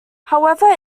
however